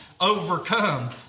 overcome